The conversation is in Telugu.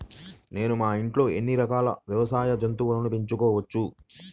నేను మా ఇంట్లో ఎన్ని రకాల వ్యవసాయ జంతువులను పెంచుకోవచ్చు?